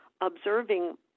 observing